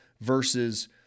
versus